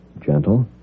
gentle